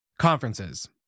Conferences